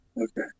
Okay